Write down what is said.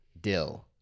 dill